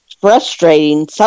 frustrating